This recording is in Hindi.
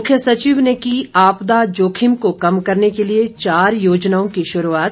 मुख्य सचिव ने की आपदा जोखिम को कम करने के लिए चार योजनाओं की शुरूआत